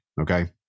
Okay